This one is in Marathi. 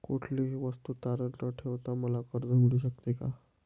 कुठलीही वस्तू तारण न ठेवता मला कर्ज मिळू शकते का?